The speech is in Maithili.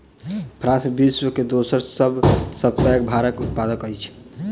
फ्रांस विश्व के दोसर सभ सॅ पैघ भांगक उत्पादक अछि